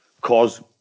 cause